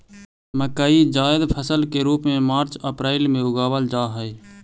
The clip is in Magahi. मकई जायद फसल के रूप में मार्च अप्रैल में उगावाल जा हई